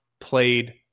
played